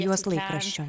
juos laikraščiu